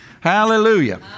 Hallelujah